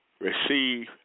receive